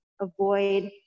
avoid